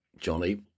Johnny